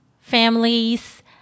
families